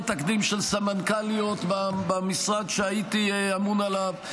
תקדים של סמנכ"ליות במשרד שהייתי אמון עליו.